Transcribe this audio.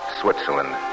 Switzerland